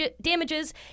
damages